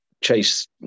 chase